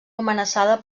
amenaçada